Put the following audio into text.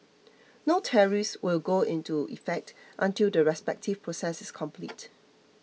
no tariffs will go into effect until the respective process is complete